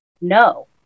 no